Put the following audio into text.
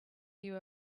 you